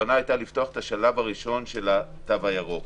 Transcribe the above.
הכוונה הייתה לפתוח את השלב הראשון של התו הירוק: